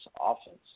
offense